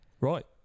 right